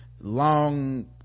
long